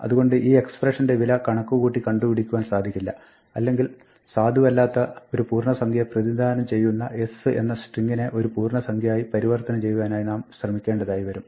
അതുകൊണ്ട് ഈ എക്സപ്രഷന്റെ വില കണക്കുകൂട്ടി കണ്ടുപിടിക്കുവാൻ സാധിക്കില്ല അല്ലെങ്കിൽ സാധുവല്ലാത്ത ഒരു പൂർണ്ണസംഖ്യയെ പ്രതിനിധാനം ചെയ്യുന്ന s എന്ന സ്ട്രിങ്ങിനെ ഒരു പൂർണ്ണസംഖ്യയി പരിവർത്തനം ചെയ്യുവാനായി നാം ശ്രമിക്കേണ്ടി വരും